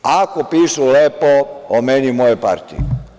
Ako pišu lepo o meni i o mojoj partiji.